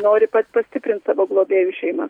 nori pats pastiprint savo globėjų šeimą